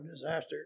disaster